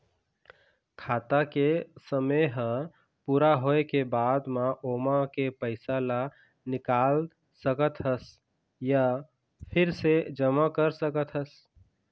खाता के समे ह पूरा होए के बाद म ओमा के पइसा ल निकाल सकत हस य फिर से जमा कर सकत हस